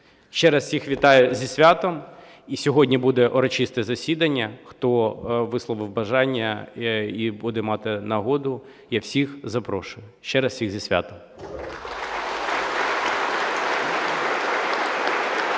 Ще раз всіх вітаю зі святом. І сьогодні буде урочисте засідання, хто висловив бажання і буде мати нагоду, я всіх запрошую. Ще раз всіх зі святом.